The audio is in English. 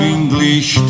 English